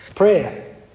prayer